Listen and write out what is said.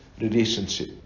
relationship